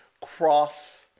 cross